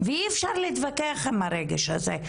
ואי אפשר להתווכח עם הרגש הזה.